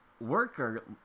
worker